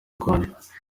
rwanda